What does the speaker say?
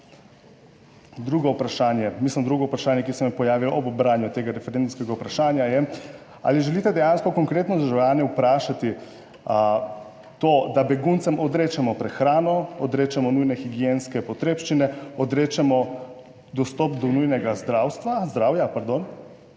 Drugo vprašanje mislim drugo vprašanje, ki se mi pojavi ob branju tega referendumskega vprašanja je: ali želite dejansko konkretno državljane vprašati to, da beguncem odrečemo prehrano, odrečemo nujne higienske potrebščine, odrečemo dostop do nujnega zdravstva,